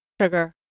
sugar